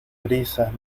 brisas